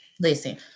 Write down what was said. Listen